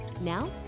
Now